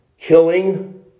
killing